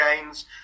games